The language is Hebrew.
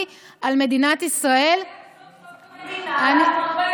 על מדינת ישראל היא תחייב סוף-סוף את המדינה לעמוד ביעדים,